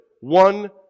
one